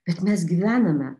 bet mes gyvename